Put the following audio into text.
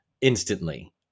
instantly